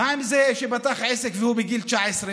מה עם זה שפתח עסק והוא בגיל 19?